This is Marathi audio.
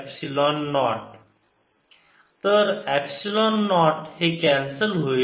σR ddzr R4π ln Rr r≥R 0 r≤R r R r2R2 2rRcosϕ z z2 dϕdzr2R2 2rRcosϕ z z2 तर एप्सिलॉन नॉट हे कॅन्सल होईल